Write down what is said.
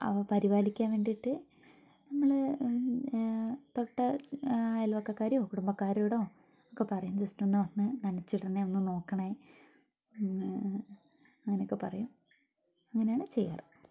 പരിപാലിക്കാൻ വേണ്ടിട്ട് നമ്മൾ തൊട്ട് അയൽപക്കക്കാരോ കുടുംബക്കാരോടൊ ഒക്കെ പറയും ജസ്റ്റ് ഒന്ന് വന്ന് നനച്ചിടണെ ഒന്ന് നോക്കണേ അങ്ങനെ ഒക്കെ പറയും അങ്ങനെ ആണ് ചെയ്യാറ്